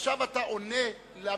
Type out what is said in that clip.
עכשיו אתה עונה למסתייגים,